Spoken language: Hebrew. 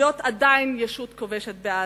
להיות עדיין ישות כובשת בעזה.